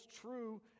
true